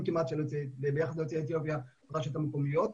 כמעט ביחס ליוצאי אתיופיה ברשויות המקומיות,